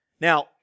Now